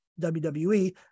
WWE